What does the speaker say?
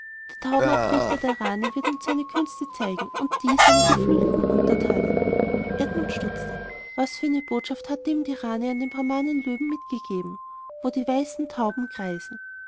der taubenabrichter der rani wird uns seine künste zeigen und die seiner geflügelten untertanen edmund stutzte was für eine botschaft hatte ihm die rani an den brahmanen löwen mitgegeben wo die weißen tauben kreisen